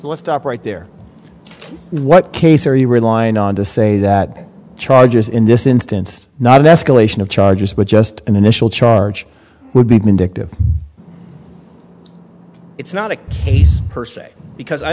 let's stop right there what case are you relying on to say that charges in this instance not an escalation of charges but just an initial charge would be vindictive it's not a case per se because i